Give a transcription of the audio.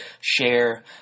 share